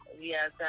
Yes